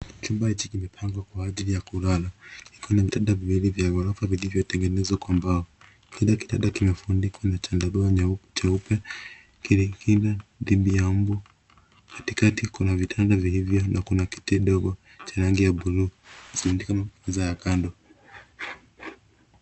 Kibaji kimepangwa kwa ajili ya kulala kuna vitanda viwili vya gorofa vilivyo tengenezwa kwa mbao kila kitanda kimefunikwa na chandarua jeupe ikilinda dhidi ya mbu katika kuna vitanda na kuna kiti ndogo cha ranga ya bluu meza ya kando.